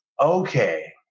Okay